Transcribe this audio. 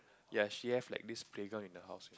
ya she have this like playground in her house